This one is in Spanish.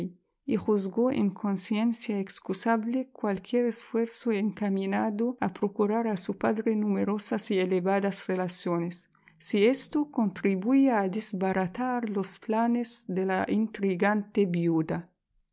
y juzgó en conciencia excusable cualquier esfuerzo encaminado a procurar a su padre numerosas y elevadas relaciones si esto contribuía a desbaratar los planes de la intrigante viuda